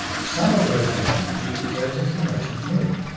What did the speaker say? some of the rotational energy goes into the motion of the moon,